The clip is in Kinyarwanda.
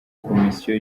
komisiyo